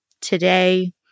today